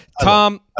Tom